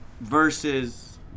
versus